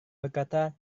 berkata